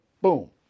Boom